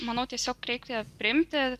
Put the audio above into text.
manau tiesiog reikia priimti